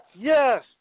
Yes